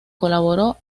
colaboró